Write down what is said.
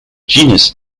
genus